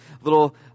little